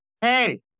Hey